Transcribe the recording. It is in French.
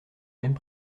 mêmes